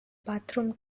bathroom